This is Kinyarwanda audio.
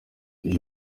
iyo